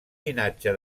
llinatge